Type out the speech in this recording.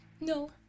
No